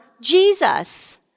Jesus